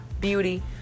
beauty